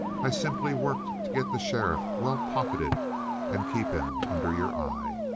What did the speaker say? i simply worked to get the sheriff well-pocketed and keep him under your eye.